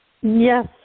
Yes